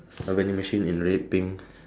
a vending machine in red pink